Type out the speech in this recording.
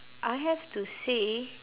I have to say